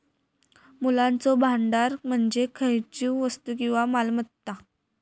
मूल्याचो भांडार म्हणजे खयचीव वस्तू किंवा मालमत्ता